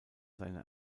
seine